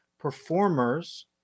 performers